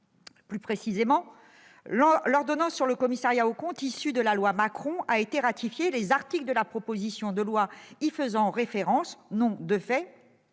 plus précisément de l'ordonnance sur le commissariat aux comptes, issue de la loi Macron : celle-ci a été ratifiée et les articles de la proposition de loi qui y font référence n'ont de fait